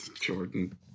Jordan